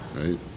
right